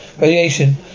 Radiation